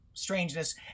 strangeness